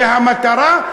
והמטרה,